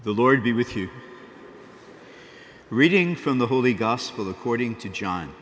the lord be with you reading from the holy gospel according to john